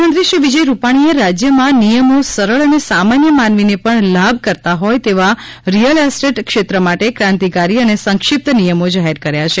મુખ્યમંત્રી શ્રી વિજયભાઇ રૂપાણીએ રાજ્યમાં નિયમો સરળ અને સામાન્ય માનવીને પણ લાભકર્તા હોય તેવા રિયલ એસ્ટેટ ક્ષેત્ર માટે ક્રાંતિકારી અને સંક્ષિપ્ન નિયમો જાહેર કર્યા છે